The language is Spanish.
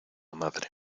madre